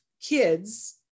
kids